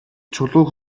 чулууг